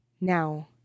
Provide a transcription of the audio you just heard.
Now